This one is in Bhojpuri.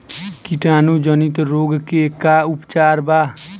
कीटाणु जनित रोग के का उपचार बा?